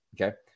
Okay